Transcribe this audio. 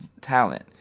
talent